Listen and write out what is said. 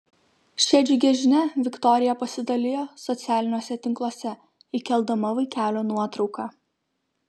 šia džiugia žinia viktorija pasidalijo socialiniuose tinkluose įkeldama vaikelio nuotrauką